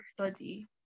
study